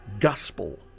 gospel